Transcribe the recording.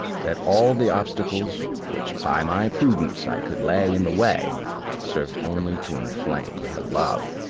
that all the obstacles which by my prudence i could lay in the way served only to inflame her love.